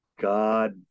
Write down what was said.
God